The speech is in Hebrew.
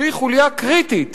שהיא חוליה קריטית